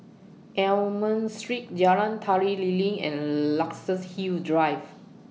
Almond Street Jalan Tari Lilin and Luxus Hill Drive